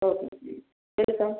okay ठीक आहे welcome